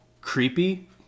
creepy